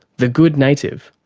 the good native,